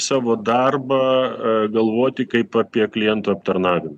savo darbą galvoti kaip apie klientų aptarnavimą